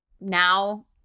Now